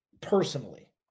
personally